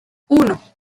uno